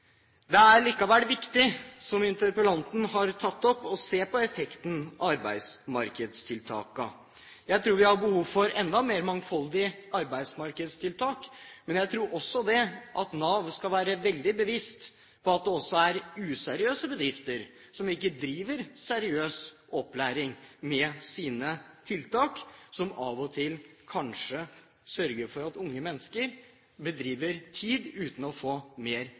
Det er likevel viktig, som interpellanten har tatt opp, å se på effekten av arbeidsmarkedstiltakene. Vi har behov for enda mer mangfoldige arbeidsmarkedstiltak, men jeg tror Nav skal være veldig bevisst på at det også er useriøse bedrifter, som ikke driver seriøs opplæring med sine tiltak, som av og til kanskje bidrar til at unge mennesker fordriver tid uten å få mer